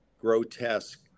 grotesque